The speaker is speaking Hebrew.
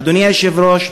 אדוני היושב-ראש,